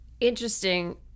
interesting